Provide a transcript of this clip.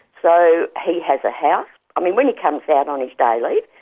so he has a house i mean when he comes out on his day leave,